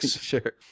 Sure